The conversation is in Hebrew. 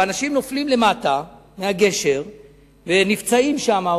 ואנשים נופלים למטה מהגשר ונפצעים שם,